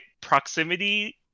proximity